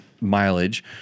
mileage